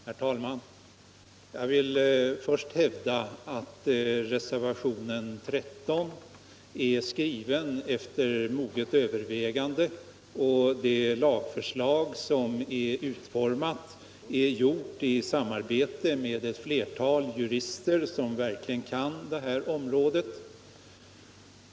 Herr talman! Jag vill först hävda att reservationen 13 är skriven efter moget övervägande. Lagförslaget är utformat i samarbete med ett flertal jurister som verkligen kan detta område.